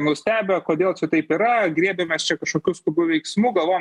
nustebę kodėl taip yra griebėmės čia kašokių skubių veiksmų galvom